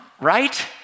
right